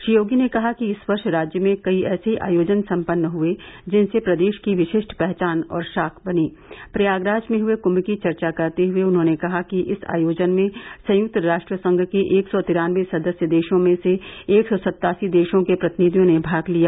श्री योगी ने कहा कि इस वर्ष राज्य में कई ऐसे आयोजन सम्पन्न हुये जिनसे प्रदेश की विशिष्ट पहचान और शाख बनी प्रयागराज में हुये कुंभ की चर्चा करते हुये उन्होंने कहा कि इस आयोजन में संयुक्त राष्ट्र संघ के एक सौ तिरानवे सदस्य देशों में से एक सौ सत्तासी देशों के प्रतिनिधियों ने भाग लिया